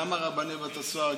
גם רבני בית הסוהר,